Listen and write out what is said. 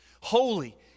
holy